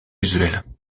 usuel